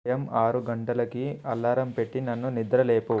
ఉదయం ఆరు గంటలుకి అలారం పెట్టి నన్ను నిద్ర లేపు